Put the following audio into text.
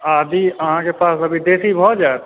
आदी अहाँ के पास अभी देसी भऽ जायत